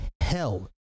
hell